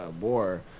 war